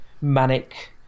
manic